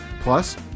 plus